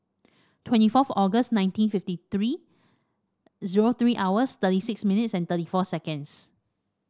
twenty fourth August nineteen fifty three zero three hours thirty six minutes thirty four seconds